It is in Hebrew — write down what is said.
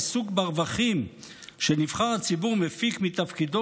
העיסוק ברווחים שנבחר הציבור מפיק מתפקידו